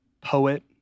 poet